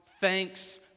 Thanks